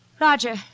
Roger